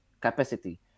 capacity